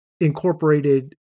incorporated